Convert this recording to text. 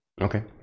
Okay